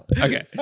Okay